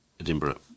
Edinburgh